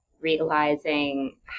realizing